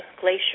glacier